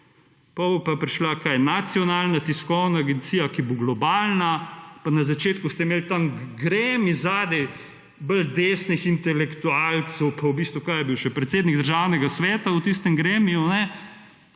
bo pa prišla, kaj, Nacionalna tiskovna agencija, ki bo globalna. Pa na začetku ste imeli ta gremi zadaj bolj desnih intelektualcev, pa v bistvu, kaj je bil še, predsednik Državnega sveta v tistem gremiju,